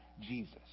Jesus